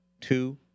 two